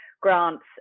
grants